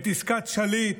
את עסקת שליט,